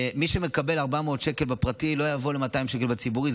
מי שמקבל 400 שקל בפרטי לא יעבור ל-200 שקל בציבורי.